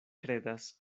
kredas